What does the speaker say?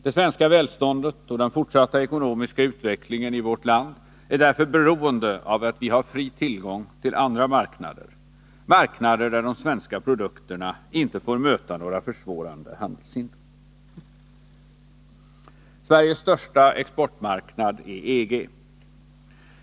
Det svenska välståndet och den fortsatta ekonomiska utvecklingen i vårt land är därför beroende av att vi har fri tillgång till andra marknader, marknader där de svenska produkterna inte får möta några försvårande handelshinder. Sveriges största exportmarknad är EG.